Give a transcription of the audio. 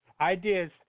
Ideas